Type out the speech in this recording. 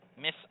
Miss